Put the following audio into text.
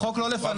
החוק לא לפנינו.